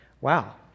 wow